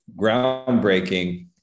groundbreaking